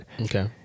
okay